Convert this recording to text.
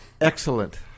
Excellent